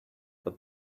but